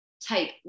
Type